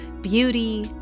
beauty